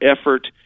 effort